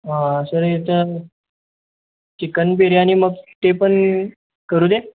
हां सर याच्यात चिकन बिर्याणी मग ते पण करू दे